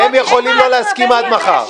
הם יכולים לא להסכים עד מחר.